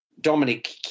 Dominic